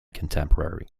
contemporary